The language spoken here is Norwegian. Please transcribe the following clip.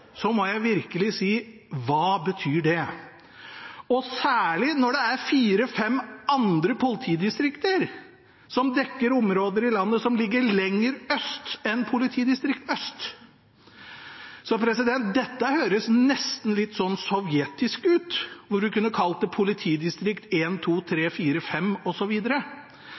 så er det altså noen som skal ha navn etter himmelretninger, og der må jeg si jeg får problemer. Når man skal kalle et politidistrikt for politidistrikt Øst, må jeg virkelig spørre hva det betyr, og særlig når det er fire–fem andre politidistrikter som dekker områder i landet som ligger lenger øst enn politidistrikt Øst. Dette